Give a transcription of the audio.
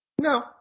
No